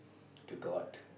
to god